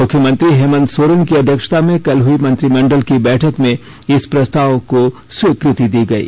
मुख्यमंत्री हेमन्त सोरेन की अध्यक्षता में कल हुई मंत्रिमंडल की बैठक में इस प्रस्ताव को स्वीकृति दी गई